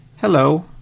hello